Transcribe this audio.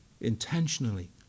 Intentionally